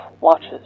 watches